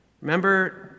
Remember